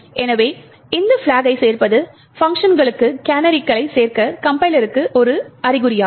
எனவே இந்த பிளாக்கைச் சேர்ப்பது பங்க்ஷன்களுக்கு கேனரிகளைச் சேர்க்க கம்பைலருக்கு ஒரு அறிகுறியாகும்